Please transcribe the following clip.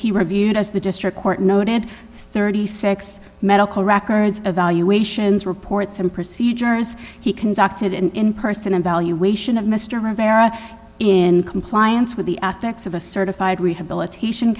he reviewed as the district court noted thirty six medical records evaluations reports and procedures he conducted in person and valuation of mr rivera in compliance with the acts of a certified rehabilitation